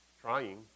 Trying